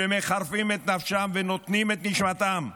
שמחרפים את נפשם ונותנים את נשמתם,